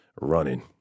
running